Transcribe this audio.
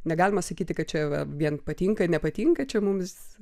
negalima sakyti kad čia va vien patinka nepatinka čia mums